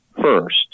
first